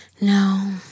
no